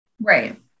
Right